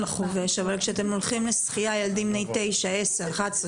החובש אבל כשמדובר בשחייה של ילדים בני 9,10,11,12,